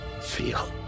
feel